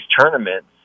tournaments